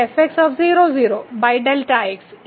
ഇവിടെ Δx ഉണ്ട്